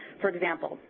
for example,